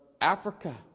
Africa